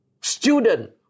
student